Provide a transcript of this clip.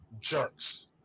jerks